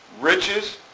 riches